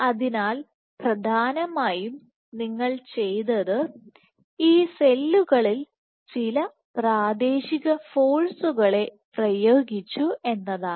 അതിനാൽ പ്രധാനമായും നിങ്ങൾ ചെയ്തത് ഈ സെല്ലുകളിൽ ചില പ്രാദേശിക ഫോഴ്സുകളെ പ്രയോഗിച്ചു എന്നതാണ്